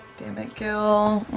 damn it, gil.